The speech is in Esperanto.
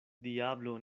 diablo